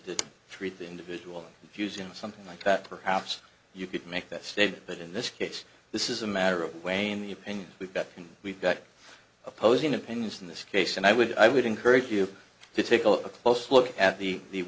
to treat the individual using something like that perhaps you could make that statement but in this case this is a matter of weighing the opinion we've got we've got opposing opinions in this case and i would i would encourage you to take a close look at the